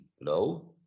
low